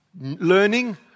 learning